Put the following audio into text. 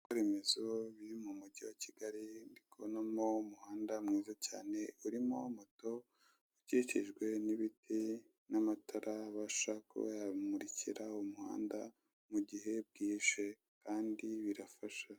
Muri ibi bikorwa remezo biri mu mugi wa Kigali, ndi kubonamo umuhanda cyane, urimo moto ukikijwe n'ibiti n'amatara, abasha kuba yamurikira umuhanda Kandi birafasha.